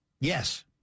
Yes